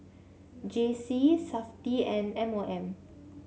J C Safti and M O M